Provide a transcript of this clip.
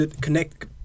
connect